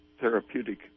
therapeutic